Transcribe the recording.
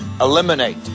Eliminate